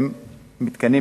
הינם סוג של מתקן גישה אלחוטי,